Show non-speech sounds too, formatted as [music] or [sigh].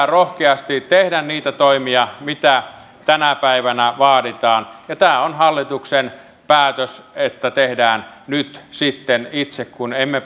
[unintelligible] rohkeasti tehdä niitä toimia mitä tänä päivänä vaaditaan ja tämä on hallituksen päätös että tehdään nyt sitten itse kun emme [unintelligible]